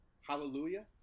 hallelujah